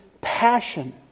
passion